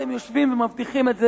אתם יושבים ומבטיחים את זה,